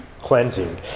cleansing